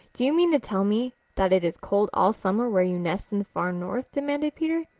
do you mean to tell me that it is cold all summer where you nest in the far north? demanded peter.